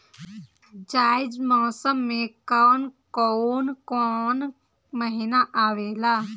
जायद मौसम में कौन कउन कउन महीना आवेला?